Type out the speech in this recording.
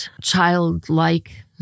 childlike